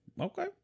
Okay